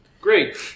Great